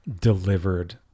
delivered